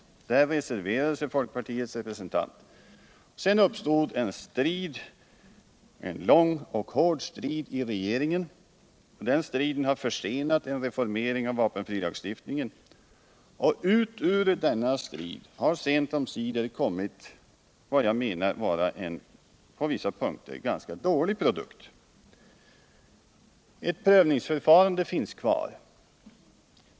Där reserverade sig folkpartiets representant. Sedan uppstod en lång och hård strid i regeringen. Den striden har försenat en reformering av vapenfrilagstiftningen. Och ut ur denna strid har sent omsider kommit vad jag menar vara en på vissa punkter ganska dålig produkt. Ett prövningsförfarande finns kvar.